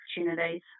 opportunities